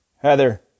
Heather